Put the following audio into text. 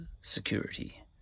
security